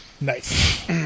Nice